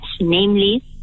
namely